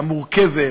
המורכבת.